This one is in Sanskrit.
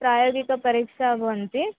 प्रायोगिकपरीक्षाः भवन्ति